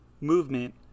movement